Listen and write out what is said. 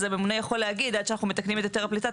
הממונה יכול להגיד: עד שאנחנו מתקנים את היתר הפליטה,